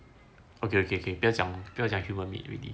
okay okay okay 不要讲 human meat already